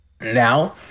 now